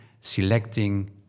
selecting